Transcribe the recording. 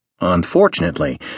Unfortunately